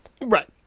Right